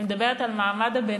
אני מדברת על מעמד הביניים,